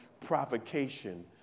provocation